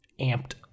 amped